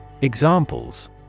Examples